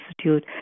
institute